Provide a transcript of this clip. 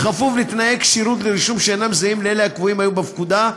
כפוף לתנאי כשירות לרישום שאינם זהים לאלה הקבועים היום בפקודה,